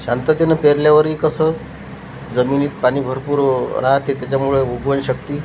शांततेनं पेरल्यावरही कसं जमिनीत पाणी भरपूर राहते त्याच्यामुळे उबवणशक्ती